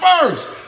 first